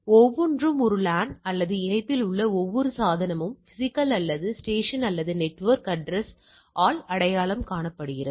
ஒவ்வொன்றும் ஒரு லேன் அல்லது ஒரு இணைப்பில் உள்ள ஒவ்வொரு சாதனமும் பிஸிக்கல் அல்லது ஸ்டேஷன் அல்லது நெட்வொர்க் அட்ரஸ் ஆல் அடையாளம் காணப்படுகின்றன